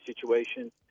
situation